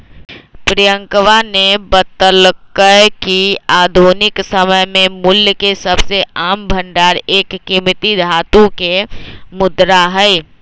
प्रियंकवा ने बतल्ल कय कि आधुनिक समय में मूल्य के सबसे आम भंडार एक कीमती धातु के मुद्रा हई